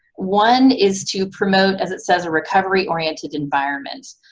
one is to promote, as it says, a recovery-oriented environment.